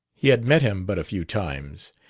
he had met him but a few times,